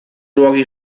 luoghi